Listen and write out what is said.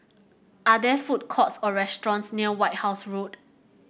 are there food courts or restaurants near White House Road